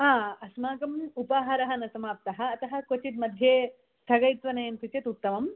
अस्माकम् उपाहारः न समाप्तः अतः क्वचित् मध्ये स्थगयित्वा नयन्ति चेत् उत्तमं